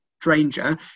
Stranger